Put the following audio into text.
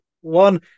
one